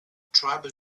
tribal